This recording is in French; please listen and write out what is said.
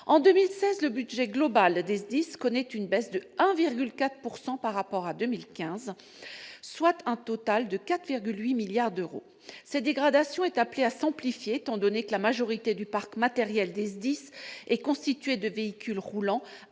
En 2016, le budget global des SDIS connaît une baisse de 1,4 % par rapport à 2015, pour atteindre 4,8 milliards d'euros. Cette dégradation est appelée à s'amplifier, étant donné que la majorité du parc matériel des SDIS est constituée de véhicules roulants